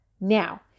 now